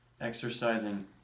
exercising